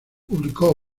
publicó